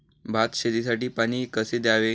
भात शेतीसाठी पाणी कसे द्यावे?